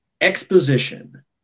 exposition